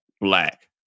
black